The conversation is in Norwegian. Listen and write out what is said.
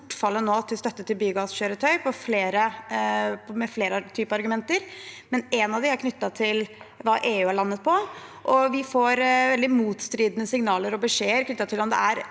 bortfallet av støtte til biogasskjøretøy med flere typer argumenter, men ett av dem er knyttet til hva EU har landet på. Vi får veldig motstridende signaler og beskjeder knyttet til om det er